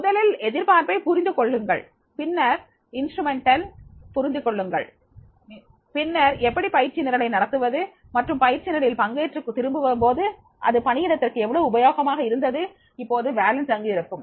முதலில் எதிர்பார்ப்பை புரிந்து கொள்ளுங்கள் பின்னர் கருவியை புரிந்து கொள்ளுங்கள் பின்னர் எப்படி பயிற்சி நிரலை நடத்துவது மற்றும் பயிற்சி நிரலில் பங்கேற்று திரும்பும்போது அது பணியிடத்திற்கு எவ்வளவு உபயோகமாக இருந்தது இப்போது வேலன்ஸ் அங்கு இருக்கும்